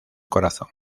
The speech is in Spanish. corazón